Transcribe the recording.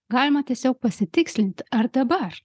galima tiesiog pasitikslint ar dabar